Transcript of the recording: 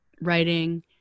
writing